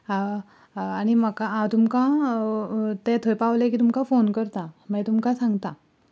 आनी म्हा हांव तुमकां ते थंय पावले की तुमकां फोन करतां मागीर तुमकां सांगता